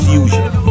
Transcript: Fusion